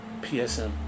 PSM